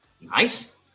Nice